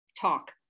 talk